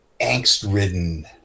angst-ridden